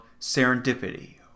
serendipity